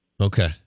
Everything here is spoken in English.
Okay